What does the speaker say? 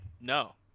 no